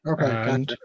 Okay